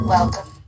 Welcome